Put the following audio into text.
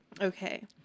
Okay